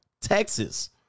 Texas